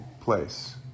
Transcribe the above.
place